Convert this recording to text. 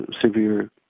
severe